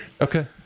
Okay